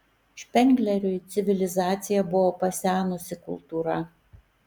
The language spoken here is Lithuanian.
špengleriui civilizacija buvo pasenusi kultūra